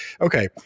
okay